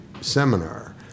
seminar